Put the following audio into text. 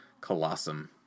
Colossum